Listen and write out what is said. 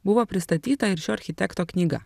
buvo pristatyta ir šio architekto knyga